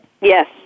Yes